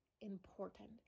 important